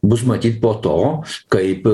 bus matyt po to kaip